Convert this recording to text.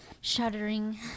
shuddering